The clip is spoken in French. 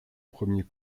premiers